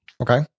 Okay